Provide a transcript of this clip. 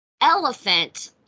Elephant